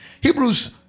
Hebrews